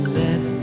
let